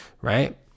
right